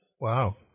Wow